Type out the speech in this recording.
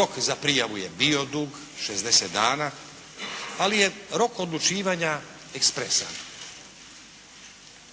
rok za prijavu je bio dug, 60 dana, ali je rok odlučivanja ekspresan.